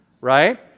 Right